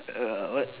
err what